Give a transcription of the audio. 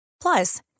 Plus